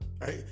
right